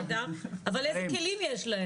אבל איזה כלים יש להם?